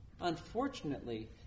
Unfortunately